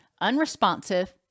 unresponsive